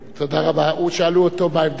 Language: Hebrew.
שאלו אותו מה עמדת הממשלה.